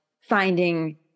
finding